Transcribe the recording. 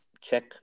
check